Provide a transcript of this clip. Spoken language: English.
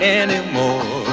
anymore